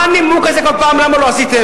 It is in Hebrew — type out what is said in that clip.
מה הנימוק הזה כל פעם: למה לא עשיתם.